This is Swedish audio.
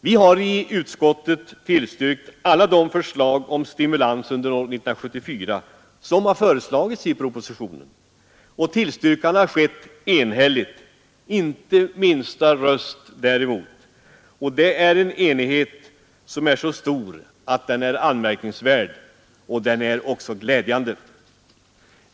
Vi har i utskottet tillstyrkt alla de förslag om stimulans under år 1974 som har föreslagits i propositionen. Vår tillstyrkan har skett enhälligt, inte minsta röst däremot. Det är en enighet som är så stor att den är anmärkningsvärd. Den är också glädjande.